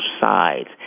sides